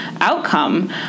outcome